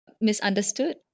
misunderstood